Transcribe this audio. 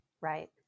Right